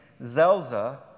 Zelza